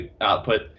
output